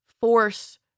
force